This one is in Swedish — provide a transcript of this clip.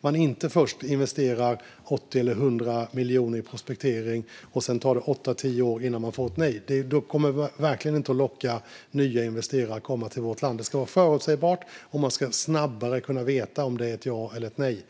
Man ska inte först investera 80-100 miljoner i prospektering och sedan vänta åtta till tio år innan man får ett nej. Det kommer verkligen inte att locka nya investerare att komma till vårt land. Det ska vara förutsägbart, och man ska snabbare veta om det blir ett ja eller ett nej.